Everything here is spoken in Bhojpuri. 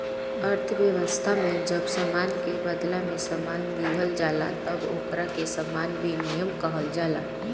अर्थव्यवस्था में जब सामान के बादला में सामान दीहल जाला तब ओकरा के सामान विनिमय कहल जाला